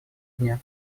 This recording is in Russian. дня